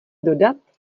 dodat